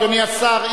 אדוני השר,